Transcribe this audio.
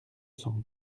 cent